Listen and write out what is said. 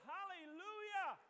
Hallelujah